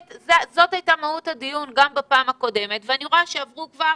זאת הייתה מהות הדיון גם בפעם הקודמת ואני רואה שעברו כבר